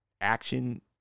Action